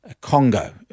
Congo